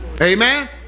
Amen